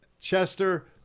Chester